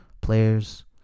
players